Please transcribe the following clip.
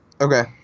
Okay